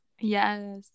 Yes